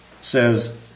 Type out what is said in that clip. says